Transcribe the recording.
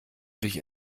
dich